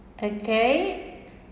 okay